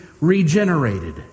regenerated